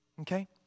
Okay